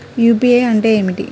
UPI అంటే ఏమిటి?